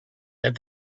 that